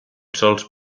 sols